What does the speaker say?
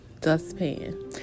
dustpan